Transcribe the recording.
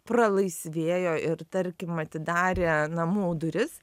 pralaisvėjo ir tarkim atidarė namų duris